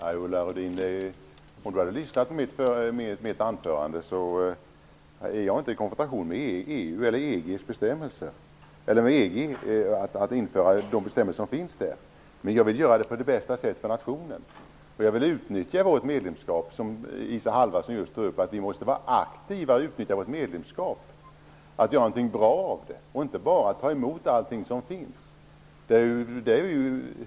Herr talman! Om Ulla Rudin hade lyssnat på mitt anförande hade hon hört att jag inte söker konfrontation när det gäller att införa EG:s bestämmelser. Men jag vill göra det på det sätt som är bäst för nationen. Jag vill utnyttja vårt medlemskap, som Isa Halvarsson tog upp, på det sättet att vi är aktiva och gör någonting bra av det. Vi skall inte bara ta emot allt som kommer.